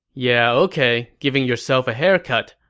yeah ok, giving yourself a haircut.